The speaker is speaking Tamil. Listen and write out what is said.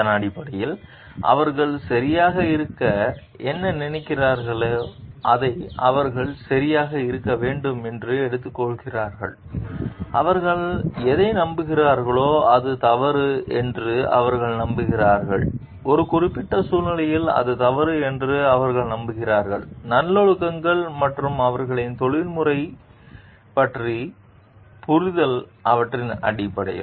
அதன் அடிப்படையில் அவர்கள் சரியாக இருக்க என்ன நினைக்கிறார்களோ அதை அவர்கள் சரியாக இருக்க வேண்டும் என்று எடுத்துக்கொள்கிறார்கள் அவர்கள் எதை நம்புகிறார்களோ அது தவறு என்று அவர்கள் நம்புகிறார்கள் ஒரு குறிப்பிட்ட சூழ்நிலையில் அது தவறு என்று அவர்கள் நம்புகிறார்கள் நல்லொழுக்கங்கள் மற்றும் அவர்களின் தொழில்முறை நெறிமுறைகள் பற்றிய புரிதல் ஆகியவற்றின் அடிப்படையில்